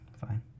fine